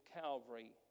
Calvary